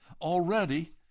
Already